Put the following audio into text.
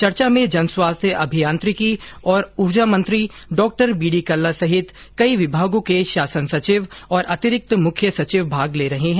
चर्चा में जनस्वास्थ्य अभियांत्रिकी और ऊर्जा मंत्री डॉ बी डी कल्ला सहित कई विभागों के शासन सचिव और अतिरिक्त मुख्य सचिव भाग ले रहे है